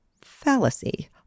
fallacy